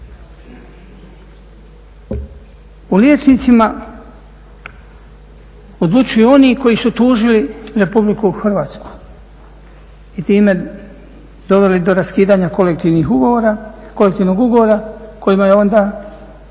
O liječnicima odlučuju oni koji su tužili Republiku Hrvatsku i time doveli do raskidanja kolektivnog ugovora kojima je onda